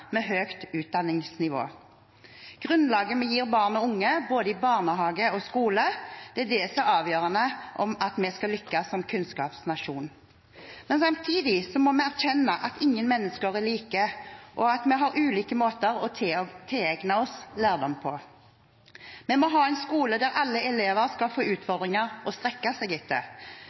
med høyt utdanningsnivå. Grunnlaget vi gir barn og unge, både i barnehage og skole, er avgjørende for at vi skal lykkes som kunnskapsnasjon. Men samtidig må vi erkjenne at ingen mennesker er like, og at vi har ulike måter å tilegne oss lærdom på. Vi må ha en skole der alle elever skal få utfordringer å strekke seg etter.